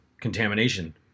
contamination